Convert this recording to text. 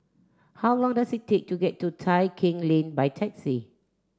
how long does it take to get to Tai Keng Lane by taxi